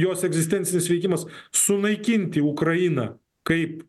jos egzistencinis veikimas sunaikinti ukrainą kaip